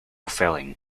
filling